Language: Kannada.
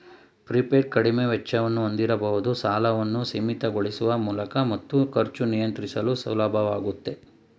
ಪ್ರೀಪೇಯ್ಡ್ ಕಡಿಮೆ ವೆಚ್ಚವನ್ನು ಹೊಂದಿರಬಹುದು ಸಾಲವನ್ನು ಸೀಮಿತಗೊಳಿಸುವ ಮೂಲಕ ಮತ್ತು ಖರ್ಚು ನಿಯಂತ್ರಿಸಲು ಸುಲಭವಾಗುತ್ತೆ